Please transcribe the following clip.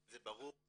זה ברור,